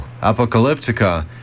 apocalyptica